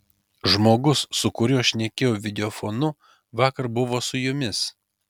žmogus su kuriuo šnekėjau videofonu vakar buvo su jumis